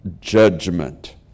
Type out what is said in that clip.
judgment